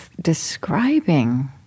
describing